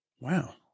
Wow